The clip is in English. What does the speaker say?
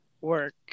work